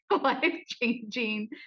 life-changing